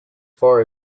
far